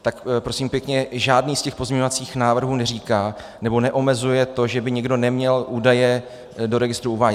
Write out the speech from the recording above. Tak prosím pěkně žádný, z těch pozměňovacích návrhů neříká nebo neomezuje to, že by někdo neměl údaje do registru uvádět.